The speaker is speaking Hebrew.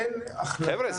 אין החלטה --- חבר'ה,